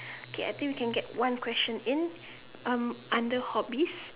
okay I think we can get one question in um under hobbies